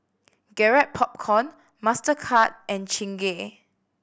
Garrett Popcorn Mastercard and Chingay